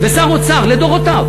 ושר אוצר לדורותיו,